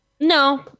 No